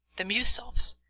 the miusovs.